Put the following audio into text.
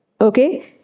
Okay